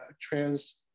trans